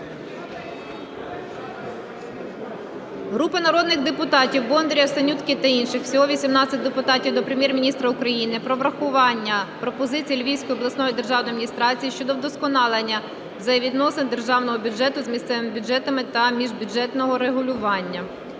Групи народних депутатів (Бондаря, Синютки та інших. Всього 18 депутатів) до Прем'єр-міністра України про врахування пропозицій Львівської обласної державної адміністрації щодо вдосконалення взаємовідносин державного бюджету з місцевими бюджетами та міжбюджетного регулювання.